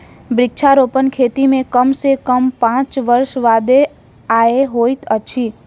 वृक्षारोपण खेती मे कम सॅ कम पांच वर्ष बादे आय होइत अछि